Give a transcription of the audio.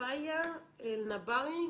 אל נבארי,